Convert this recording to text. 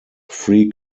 free